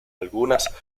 algunas